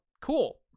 cool